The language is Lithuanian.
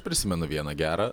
prisimenu vieną gerą